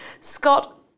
Scott